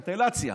ונטילציה.